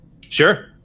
Sure